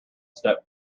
stepped